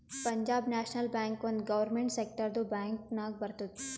Punjab National Bank ಒಂದ್ government ಸೆಕ್ಟರ್ದು bank ನಾಗ್ ಬರ್ತುದ್